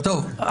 את אומרת